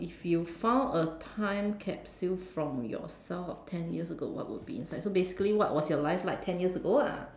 if you found a time capsule from yourself of ten years ago what would be inside so basically what was your life like ten years ago lah